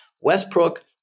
westbrook